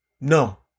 No